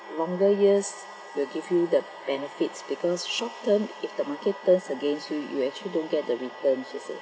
longer years will give you the benefits because short term if the market turns against you you actually don't get the returns you see